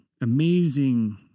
amazing